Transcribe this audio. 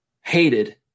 hated